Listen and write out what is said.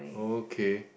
okay